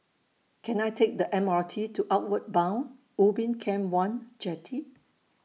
Can I Take The M R T to Outward Bound Ubin Camp one Jetty